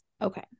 Okay